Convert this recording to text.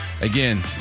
Again